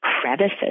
crevices